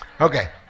Okay